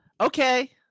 Okay